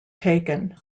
taken